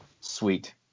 Sweet